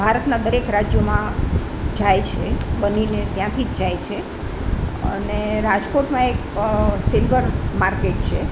ભારતના દરેક રાજ્યોમાં જાય છે બનીને ત્યાંથી જ જાય છે અને રાજકોટમાં એક સિલ્વર માર્કેટ છે